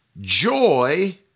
joy